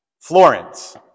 Florence